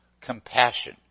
compassion